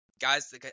guys